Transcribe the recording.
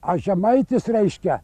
a žemaitis reiškia